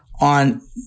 On